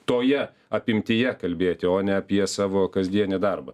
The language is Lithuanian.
toje apimtyje kalbėti o ne apie savo kasdienį darbą